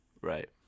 right